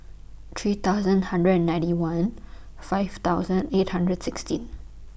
three thousand hundred and ninety one five thousand eight hundred sixteen